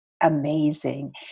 amazing